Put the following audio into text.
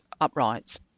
uprights